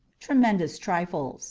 tremendous trifles